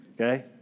okay